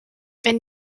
wenn